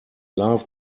love